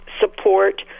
support